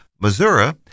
missouri